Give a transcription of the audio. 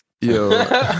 Yo